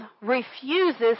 refuses